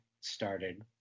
started